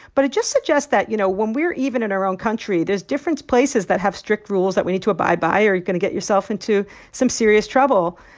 but it just suggests that, you know, when we're even in our own country, there's different places that have strict rules that we need to abide by or you're going to get yourself into some serious trouble.